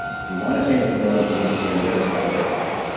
if you want to change the world, you need to be on the other side of the line,